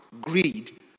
greed